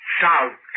south